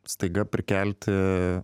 staiga prikelti